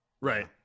Right